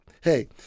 hey